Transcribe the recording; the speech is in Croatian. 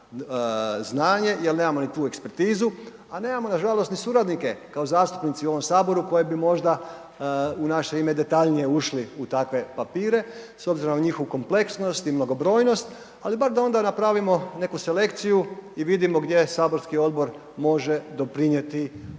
znanje jer nemamo ni tu ekspertizu, a nemamo nažalost ni suradnike kao zastupnici u ovom Saboru koje bi možda u naše ime detaljnije ušli u takve papire s obzirom na njihovu kompleksnost i mnogobrojnost, ali bar da onda napravimo neku selekciju i vidimo gdje saborski odbor može doprinijeti